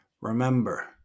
remember